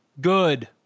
Good